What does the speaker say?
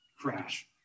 crash